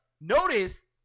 notice